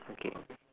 okay